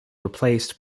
replaced